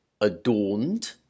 adorned